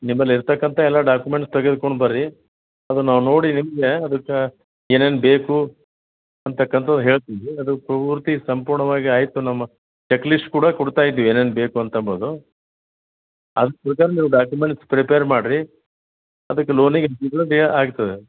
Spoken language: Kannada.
ನಿಮ್ಮಲ್ಲಿ ಇರತಕ್ಕಂಥ ಎಲ್ಲ ಡಾಕ್ಯುಮೆಂಟ್ಸ್ ತೆಗೆದುಕೊಂಡು ಬನ್ರಿ ಅದನ್ನು ನಾವು ನೋಡಿ ನಿಮಗೆ ಅದಕ್ಕೆ ಏನೇನು ಬೇಕು ಅಂತಕ್ಕಂಥದ್ದನ್ನು ಹೇಳ್ತೀವಿ ರೀ ಅದು ಪೂರ್ತಿ ಸಂಪೂರ್ಣವಾಗಿ ಆಯಿತು ನಮ್ಮ ಚೆಕ್ಲೀಸ್ಟ್ ಕೂಡ ಕೊಡ್ತಾ ಇದ್ದೀವಿ ಏನೇನು ಬೇಕು ಅಂತ ಎಂಬುದು ಅದ್ರ ಪ್ರಕಾರ ನೀವು ಡಾಕ್ಯುಮೆಂಟ್ಸ್ ಪ್ರಿಪೇರ್ ಮಾಡಿರಿ ಅದಕ್ಕೆ ಲೋನಿಗೆ ಆಗ್ತದೆ